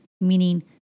Meaning